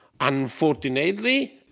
unfortunately